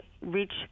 reach